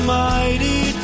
mighty